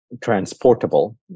transportable